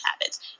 habits